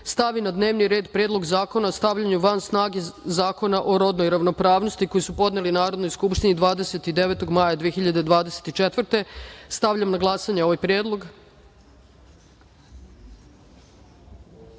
stavi na dnevni red Predlog zakona o stavljanjeu van snage Zakona o rodnoj ravnopravnosti, koji su podneli Narodnoj skupštini 29. maja 2024. godine. Stavljam na glasanje ovaj